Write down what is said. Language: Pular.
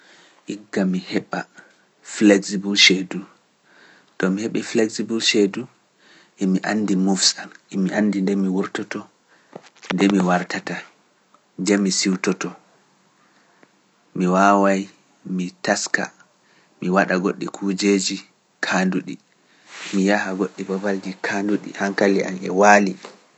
FLEXIBLE CHEDUŊA To mi heɓi flexible chedu, emi anndi moofsal, emi anndi nde mi wurtoto, nde mi wartata, nde mi siwtoto, mi waaway, mi taska, mi waɗa goɗɗi kuujeji kaanduɗi, mi yaha goɗɗi babalji kaanduɗi, hankali am e waali.